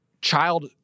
child